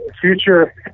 future